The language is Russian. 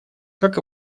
как